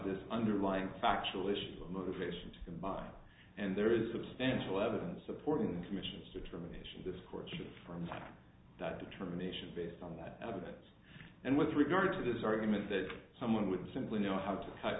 this underlying factual issue of motivation to combine and there is substantial evidence supporting the commission's determination this quarter from the side that determination based on that evidence and with regard to this argument that someone would simply know how to type